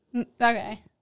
Okay